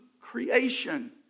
creation